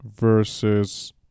versus